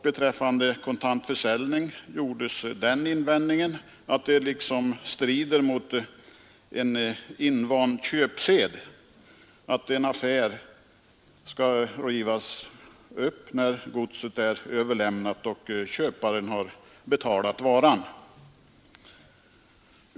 Beträffande kontantförsäljning gjordes den invändningen att det skulle strida mot en invand köpsed att en affär skulle rivas upp sedan godset överlämnats och köparen har betalat för varan.